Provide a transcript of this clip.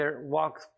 walk